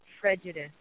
prejudice